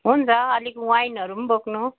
हुन्छ अलिक वाइनहरू पनि बोक्नु